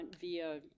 via